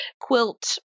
quilt